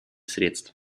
средств